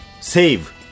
save